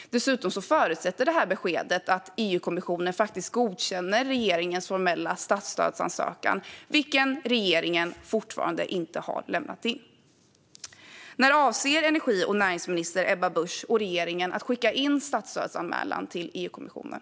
Dessutom förutsätter beskedet att EU-kommissionen faktiskt godkänner regeringens formella statsstödsansökan, vilken regeringen fortfarande inte har lämnat in. När avser energi och näringsminister Ebba Busch och regeringen att skicka in statsstödsanmälan till EU-kommissionen?